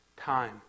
time